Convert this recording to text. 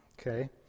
Okay